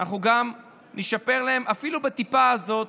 אנחנו גם נשפר להם את התנאים, אפילו בטיפה הזאת.